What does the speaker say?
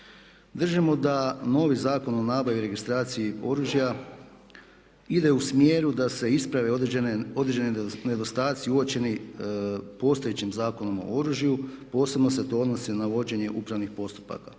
Držimo da novi Zakon o nabavi i registraciji oružja ide u smjeru da se isprave određeni nedostatci uočeni postojećim Zakonom o oružju. Posebno se to odnosi na vođenje upravnih postupaka.